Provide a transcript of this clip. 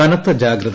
കനത്ത ജാഗ്രത